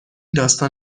داستان